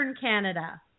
Canada